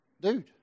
Dude